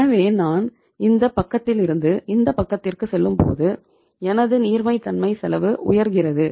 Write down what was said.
எனவே நான் இந்த பக்கத்திலிருந்து இந்த பக்கத்திற்குச் செல்லும் பொது எனது நீர்மைத்தன்மை செலவு உயர்கிறது